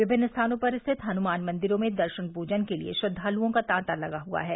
विभिन्न स्थानों पर स्थित हनुमान मंदिरों में दर्शन पूजन के लिये श्रद्वालुओं का तांता लगा है